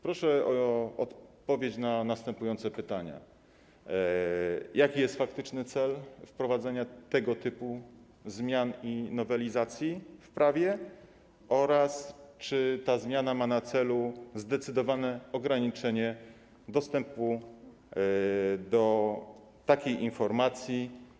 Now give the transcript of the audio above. Proszę o odpowiedź na następujące pytania: Jaki jest faktyczny cel wprowadzenia tego typu zmian, nowelizacji w prawie oraz czy ta zmiana ma na celu zdecydowane ograniczenie dostępu strefy społecznej do takiej informacji?